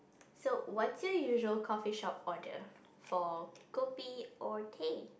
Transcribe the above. so what's your usual coffeeshop order for kopi or teh